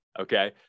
okay